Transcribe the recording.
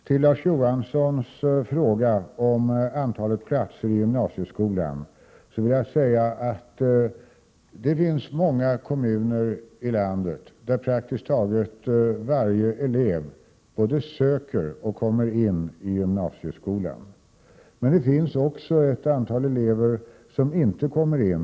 Herr talman! Det finns många kommuner i landet, där praktiskt taget varje elev både söker och kommer in på gymnasieskolan, Larz Johansson. Det finns emellertid ett antal elever som inte kommer in.